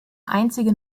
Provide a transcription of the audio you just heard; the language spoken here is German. einzige